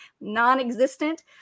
non-existent